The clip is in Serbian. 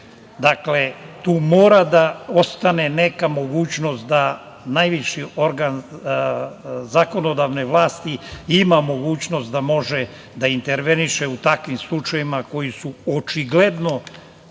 pravde? Dakle, tu mora da ostane neka mogućnost da najviši organ zakonodavne vlasti ima mogućnost da može da interveniše u takvim slučajevima koji su očigledno